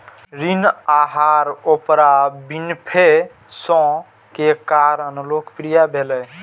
ऋण आहार Oprah Winfrey show के कारण लोकप्रिय भेलै